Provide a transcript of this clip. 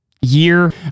year